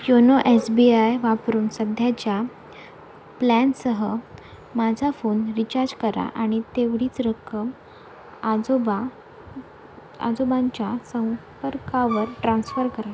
YONO S B I वापरून सध्याच्या प्लॅनसह माझा फोन रिचार्ज करा आणि तेवढीच रक्कम आजोबा आजोबांच्या संपर्कावर ट्रान्स्फर करा